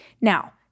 Now